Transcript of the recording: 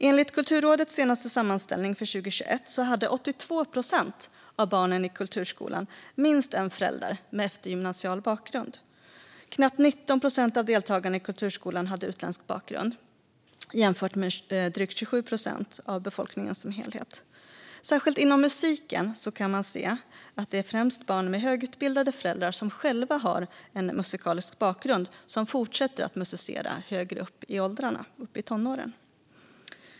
Enligt Kulturrådets senaste sammanställning för 2021 hade 82 procent av barnen i kulturskolan minst en förälder med eftergymnasial utbildning. Knappt 19 procent av deltagarna i kulturskolan hade utländsk bakgrund, vilket kan jämföras med drygt 27 procent för befolkningen som helhet. Särskilt inom musiken är det främst barn med högutbildade föräldrar med egen musikalisk bakgrund som fortsätter att musicera högre upp i åldrarna och i tonåren.